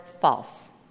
false